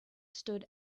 stood